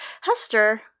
Hester